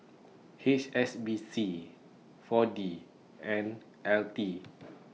H S B C four D and L T